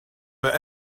but